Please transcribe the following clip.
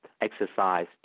exercise